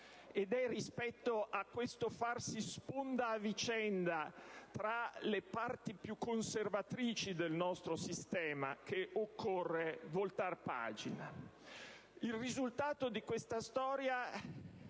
rispetto a questo farsi sponda a vicenda tra le parti più conservatrici del nostro sistema che occorre voltare pagina. Il risultato di questa storia